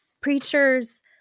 preachers